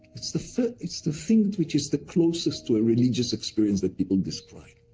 it's the it's the thing which is the closest to a religious experience that people describe.